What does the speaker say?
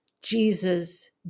Jesus